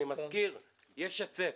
אני מזכיר, יש היצף.